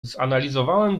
zanalizowałem